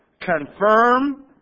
confirm